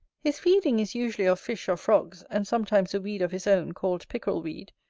his feeding is usually of fish or frogs and sometimes a weed of his own, called pickerel-weed,